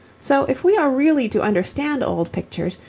so if we are really to understand old pictures,